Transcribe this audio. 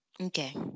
Okay